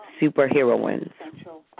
superheroines